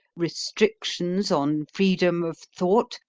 restrictions on freedom of thought,